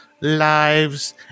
lives